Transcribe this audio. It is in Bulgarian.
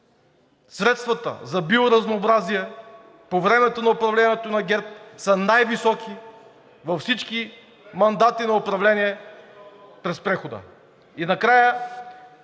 средствата за биоразнообразие по времето на управлението на ГЕРБ са най-високи във всички мандати на управление през прехода.